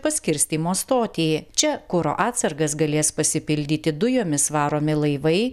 paskirstymo stotį čia kuro atsargas galės pasipildyti dujomis varomi laivai